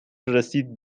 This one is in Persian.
رسید